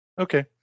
okay